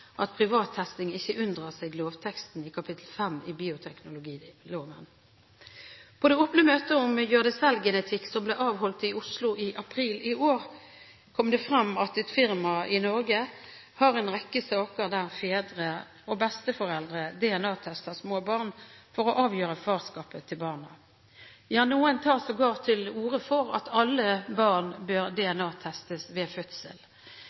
at man ved privattesting ikke unndrar seg lovteksten i kapittel 5 i bioteknologiloven. På det åpne møtet om Gjør-det-selv-genetikk, som ble avholdt i Oslo i april i år, kom det frem at et firma i Norge har en rekke saker der fedre og besteforeldre DNA-tester små barn for å avgjøre farskapet til barna, noen tar sågar til orde for at alle barn bør DNA-testes ved fødsel.